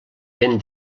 ben